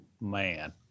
Man